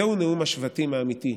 זהו נאום השבטים האמיתי,